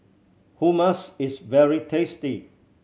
hummus is very tasty